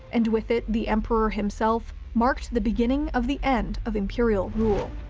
and with it, the emperor himself, marked the beginning of the end of imperial rule.